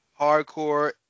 Hardcore